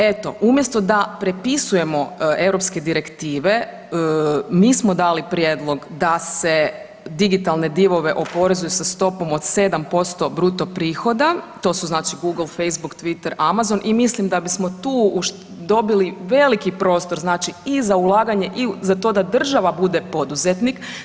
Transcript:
Eto umjesto da prepisujemo europske direktive mi smo dali prijedlog da se digitalne divove oporezuje sa stopom od 7% bruto prihoda, to su Google, Facebook, Twitter, Amazon i mislim da bismo tu dobili veliki prostor i za ulaganje i za to da država bude poduzetnik.